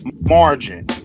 margin